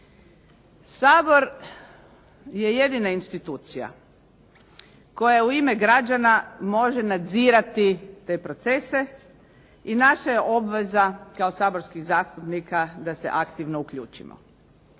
Sabor je jedina institucija koja u ime građana može nadzirati te procese i naša je obveza kao saborskih zastupnika da se aktivno uključimo.